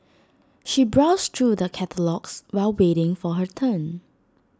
she browsed through the catalogues while waiting for her turn